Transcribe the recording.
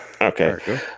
Okay